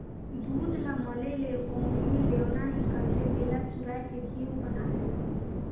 दूद ल मले ले ओम्हे लेवना हिकलथे, जेला चुरायके घींव बनाथे